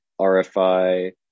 RFI